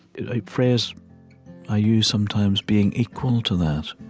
a phrase i use sometimes being equal to that,